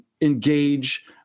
engage